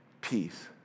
peace